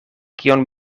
kion